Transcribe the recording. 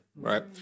right